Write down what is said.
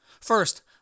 First